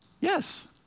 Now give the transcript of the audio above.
yes